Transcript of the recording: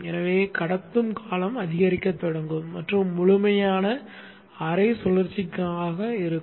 எனவே கடத்தும் காலம் அதிகரிக்கத் தொடங்கும் மற்றும் முழுமையான அரை சுழற்சிக்கானதாக இருக்கும்